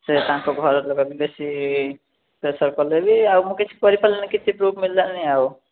ସେ ତାଙ୍କ ଘର ଲୋକ ଥିଲେ ସିଏ ପ୍ରେସର୍ କଲେ ବି ଆଉ ମୁଁ କିଛି କରିପାରିଲିନି ଆଉ କିଛି ପ୍ରୁଫ୍ ମିଳିଲାନି ଆଉ